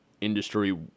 industry